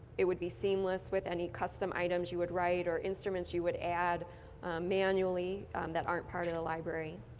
it would be seamless with any custom items you would write or instruments you would add manually that aren't part of the library.